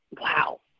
Wow